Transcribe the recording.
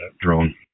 drone